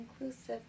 inclusive